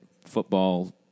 football